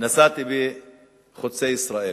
נסעתי בחוצה-ישראל